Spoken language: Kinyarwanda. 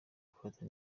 gufata